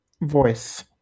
voice